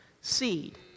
seed